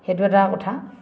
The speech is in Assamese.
সেইটো এটা কথা